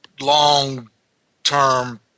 long-term